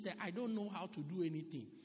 I-don't-know-how-to-do-anything